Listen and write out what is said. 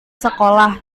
sekolah